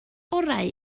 orau